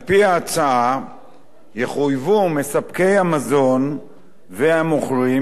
על-פי ההצעה יחויבו מספקי המזון והמוכרים